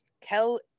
Kel